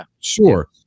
sure